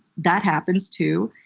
that happens, too.